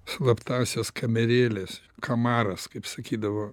slaptąsias kamerėles kamaras kaip sakydavo